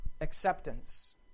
acceptance